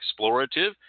explorative